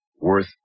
worth